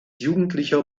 jugendlicher